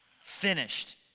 Finished